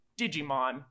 digimon